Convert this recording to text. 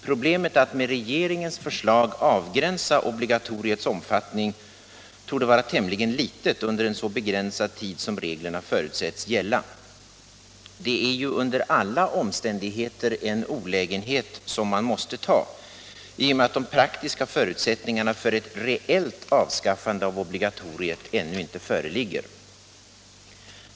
Problemet att med regeringens förslag avgränsa obligatoriets omfattning torde vara tämligen litet under en så begränsad tid som reglerna förutsätts gälla. Det är en olägenhet som man måste ta, i och med att de praktiska förutsättningarna för ett reellt avskaffande av obligatoriet ännu inte föreligger.